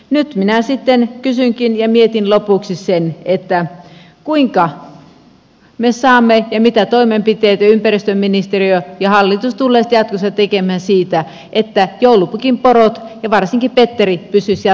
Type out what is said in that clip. nyt minä sitten kysynkin ja mietin lopuksi sitä kuinka me saamme ja mitä toimenpiteitä ympäristöministeriö ja hallitus tulevat sitten jatkossa tekemään että joulupukin porot ja varsinkin petteri pysyisivät jatkossakin hengissä